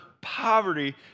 poverty